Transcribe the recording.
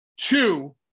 two